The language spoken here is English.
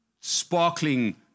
sparkling